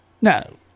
No